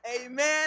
Amen